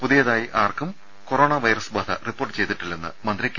പുതിയതായി ആർക്കും corona virus ബാധ റിപ്പോർട്ട് ചെയ്തിട്ടില്ലെന്ന് മന്ത്രി കെ